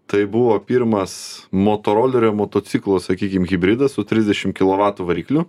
tai buvo pirmas motorolerio motociklo sakykim hibridas su trisdešim kilovatų varikliu